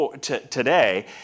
today